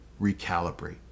recalibrate